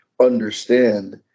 understand